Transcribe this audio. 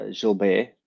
Gilbert